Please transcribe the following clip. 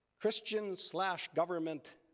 Christian-slash-government